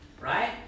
Right